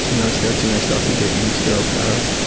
when i was thirteen, i started dating this girl cara,